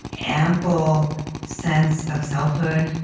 ample sense of selfhood,